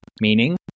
meaning